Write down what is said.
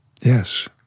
yes